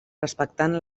respectant